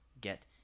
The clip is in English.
get